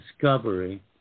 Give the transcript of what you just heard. discovery